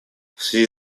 связи